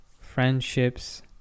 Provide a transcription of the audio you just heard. friendships